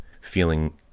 feeling